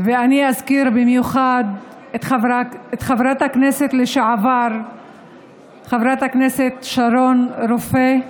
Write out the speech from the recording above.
ואזכיר במיוחד את חברת הכנסת לשעבר שרון רופא,